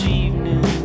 evening